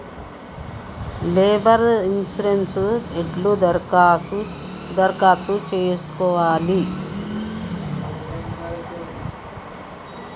Labour insurance ఎట్ల దరఖాస్తు చేసుకోవాలే?